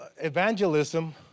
evangelism